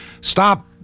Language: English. stop